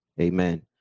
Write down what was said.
Amen